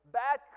bad